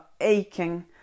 aching